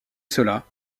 cela